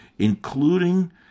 including